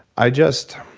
i just.